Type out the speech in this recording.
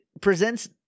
presents